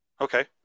Okay